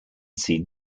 seen